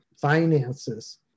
finances